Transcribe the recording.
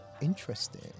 interesting